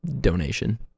donation